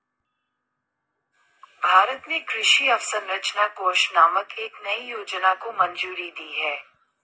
भारत ने कृषि अवसंरचना कोष नामक एक नयी योजना को मंजूरी दी है